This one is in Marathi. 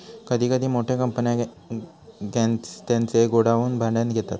कधी कधी मोठ्या कंपन्या त्यांचे गोडाऊन भाड्याने घेतात